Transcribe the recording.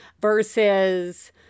versus